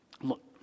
look